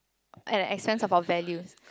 at the expense of our values